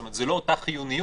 זאת אומרת שזאת לא אותה חיוניות